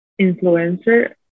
influencer